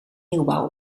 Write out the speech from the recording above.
nieuwbouw